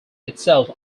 itself